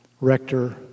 rector